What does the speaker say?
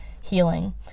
healing